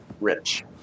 rich